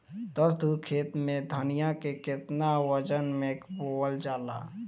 दस धुर खेत में धनिया के केतना वजन मे बोवल जाला?